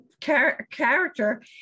character